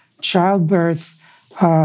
childbirth